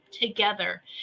together